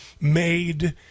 made